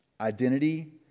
Identity